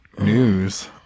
news